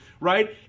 Right